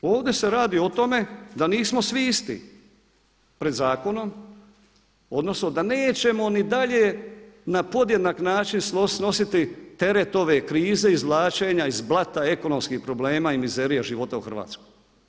Ovdje se radi o tome da nismo svi isti pred zakonom, odnosno da nećemo ni dalje na podjednak način snositi teret ove krize izvlačenja iz blata ekonomskih problema i mizerija života u Hrvatskoj.